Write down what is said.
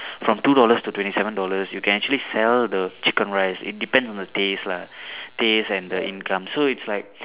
from two dollars to twenty seven dollars you can actually sell the chicken rice it depends on the days lah days and the income so its like